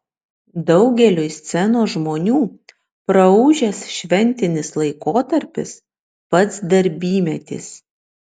daugeliui scenos žmonių praūžęs šventinis laikotarpis pats darbymetis